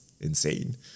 insane